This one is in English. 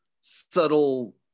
subtle